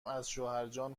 ازشوهرجان